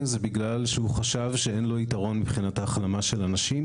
בגלל שהוא חשב שאין לו יתרון מבחינת ההחלמה של הנשים,